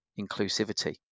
inclusivity